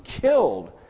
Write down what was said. killed